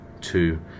two